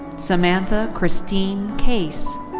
samantha christine kase.